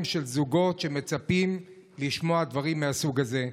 של זוגות שמצפים לשמוע דברים מהסוג הזה.